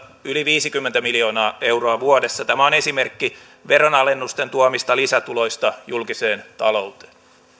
yli viisikymmentä miljoonaa euroa vuodessa tämä on esimerkki veronalennusten tuomista lisätuloista julkiseen talouteen